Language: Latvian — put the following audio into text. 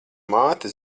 māte